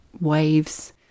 waves